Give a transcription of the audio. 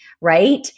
right